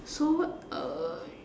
so uh